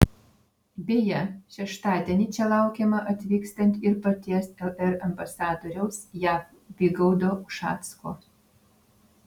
beje šeštadienį čia laukiamą atvykstant ir paties lr ambasadoriaus jav vygaudo ušacko